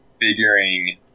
figuring